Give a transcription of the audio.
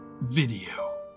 video